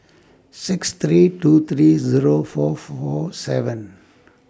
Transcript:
six three two three Zero four four seven